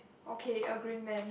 okay agree man